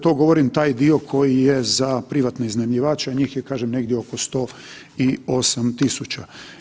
To govorim taj dio koji je za privatne iznajmljivače, a njih je kažem negdje oko 108.000.